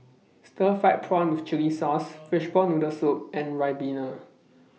Stir Fried Prawn with Chili Sauce Fishball Noodle Soup and Ribena